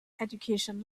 education